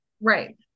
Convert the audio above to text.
Right